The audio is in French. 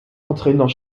entraînant